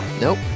Nope